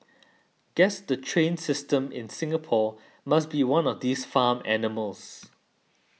guess the train system in Singapore must be one of these farm animals